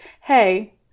Hey